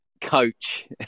coach